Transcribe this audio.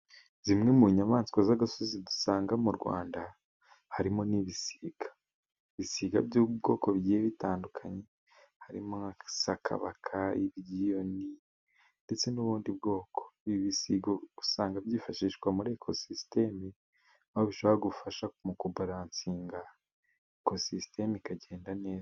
Zimwe mu nyamaswa z'agasozi dusanga mu Rwanda harimo n'ibisiga, ibisiga byo mu bwoko bigiye bitandukanye harimo sakabaka, ibyiyoni, ndetse n'ubundi bwoko. Ibi bisiga usanga byifashishwa muri ekosisiteme aho bishobora gufasha mu kubaransinga ekosisiteme ikagenda neza.